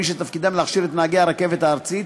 מי שתפקידם להכשיר את נהגי הרכבת הארצית,